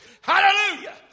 Hallelujah